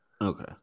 Okay